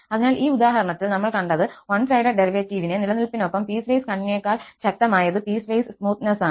അതിനാൽ ഈ ഉദാഹരണത്തിൽ നമ്മൾ കണ്ടത് വൺ സൈഡഡ് ഡെറിവേറ്റീവിന്റെ നിലനിൽപ്പിനൊപ്പം പീസ്വൈസ് കണ്ടിന്യൂയിറ്റിയേക്കാൾ ശക്തമായത് പീസ്വൈസ് സ്മൂത്തനെസ്സാണ്